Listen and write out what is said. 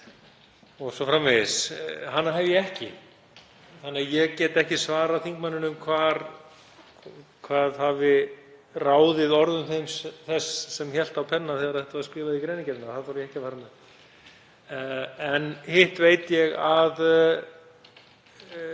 o.s.frv. En hana hef ég ekki þannig að ég get ekki svarað þingmanninum hvað hafi ráðið orðum þess sem hélt á penna þegar þetta var skrifað í greinargerðina, það þori ég ekki að fara með. En hitt veit ég að